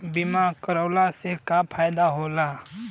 बीमा करवला से का फायदा होयी?